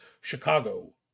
Chicago